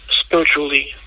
spiritually